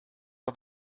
auf